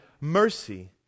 mercy